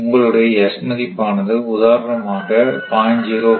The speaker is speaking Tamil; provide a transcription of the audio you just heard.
உங்களுடைய s மதிப்பானது உதாரணமாக 0